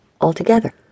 altogether